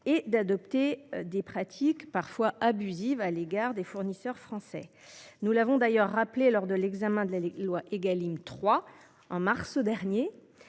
et d’adopter des pratiques parfois abusives à l’égard des fournisseurs français. Nous l’avons rappelé lors de l’examen de la loi Égalim 3, en mars dernier